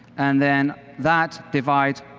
and then that divide